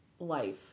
Life